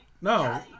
No